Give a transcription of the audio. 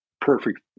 perfect